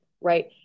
right